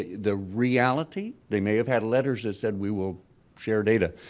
the reality they may have had letters that said we will share data.